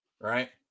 right